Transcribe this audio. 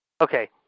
Okay